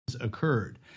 occurred